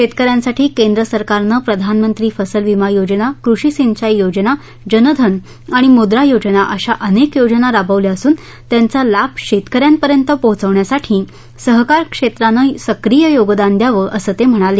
शेतकऱ्यांसाठी केंद्र सरकारनं प्रधानमंत्री फसल विमा योजना कृषी सिंचाई योजना जन धन आणि मुद्रा योजना अशा अनेक योजना राबवल्या असून त्यांचा लाभ शेतकऱ्यांपर्यंत पोचवण्यासाठी सहकार क्षेत्रानं सक्रिय योगदान द्यावं असं ते म्हणाले